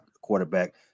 quarterback